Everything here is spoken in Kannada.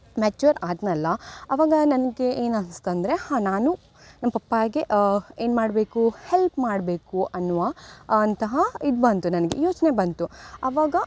ಮೆಚೂರ್ ಆದ್ನಲ್ಲಾ ಅವಾಗ ನನಗೆ ಏನು ಅನ್ಸ್ತು ಅಂದರೆ ಹಾಂ ನಾನು ನನ್ನ ಪಪ್ಪಾಗೆ ಏನು ಮಾಡಬೇಕು ಹೆಲ್ಪ್ ಮಾಡಬೇಕು ಅನ್ನುವ ಅಂತಹ ಇದು ಬಂತು ನನಗೆ ಯೋಚನೆ ಬಂತು ಆವಾಗ